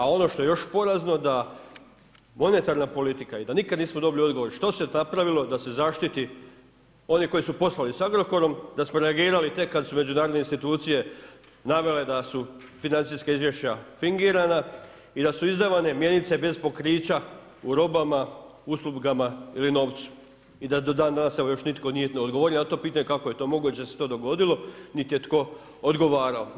A ono što je još porazno da monetarna politika i da nikada nismo dobili odgovor što se napravilo da se zaštiti one koje su poslali s Agrokorom, da smo reagirali tek kada su međunarodne institucije navele da su financijska izvješća fingirana i da su izdavane mjenice bez pokrića u robama, uslugama ili novcu i da do dan danas još nitko nije odgovorio na to pitanje kako je to moguće da se to dogodilo niti je tko odgovarao.